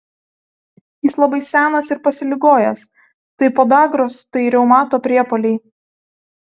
jis labai senas ir pasiligojęs tai podagros tai reumato priepuoliai